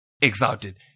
exalted